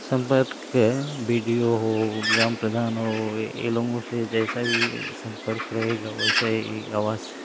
सम्पर्क के B D O हो ग्राम प्रधान हो इन लोगों से जैसा भी सम्पर्क रहेगा वैसा ही आवास